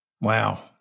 Wow